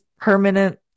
permanent